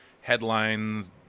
headlines